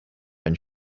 and